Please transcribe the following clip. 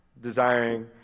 desiring